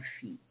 feet